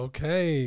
Okay